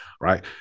right